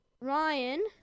Ryan